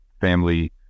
family